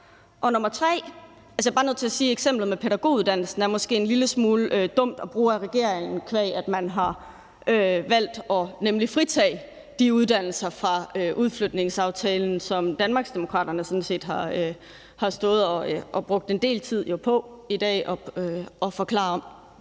Og som det andet er jeg bare nødt til at sige, at eksemplet med pædagoguddannelsen måske er en lille smule dumt af regeringen at bruge, qua at man nemlig har valgt at fritage de uddannelser fra udflytningsaftalen, hvilket Danmarksdemokraterne jo sådan set har stået og brugt en del tid på at forklare om